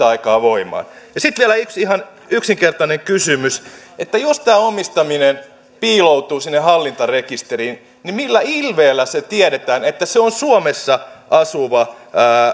aikaa voimaan sitten vielä yksi ihan yksinkertainen kysymys jos omistaminen piiloutuu sinne hallintarekisteriin niin millä ilveellä se tiedetään että se on suomessa asuva